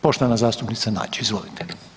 Poštovana zastupnica Nađ izvolite.